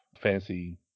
fancy